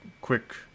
quick